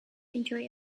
enjoy